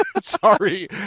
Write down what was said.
Sorry